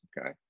okay